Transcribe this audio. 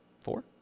Four